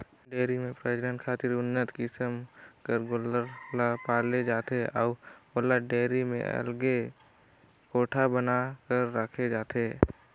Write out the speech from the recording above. dairy में प्रजनन खातिर उन्नत किसम कर गोल्लर ल पाले जाथे अउ ओला डेयरी में अलगे कोठा बना कर राखे जाथे